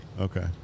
Okay